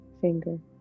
finger